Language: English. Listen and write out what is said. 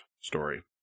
story